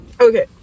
Okay